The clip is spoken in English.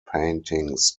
paintings